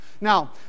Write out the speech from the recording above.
Now